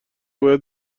باید